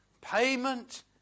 Payment